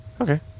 Okay